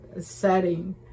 setting